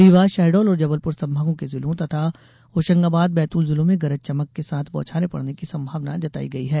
रीवा शहडोल और जबलपुर संभागों के जिले तथा होशंगाबाद बैतूल जिलों में गरज चमक के साथ बौछारें पड़ने की संभावना जताई गई है